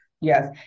Yes